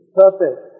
perfect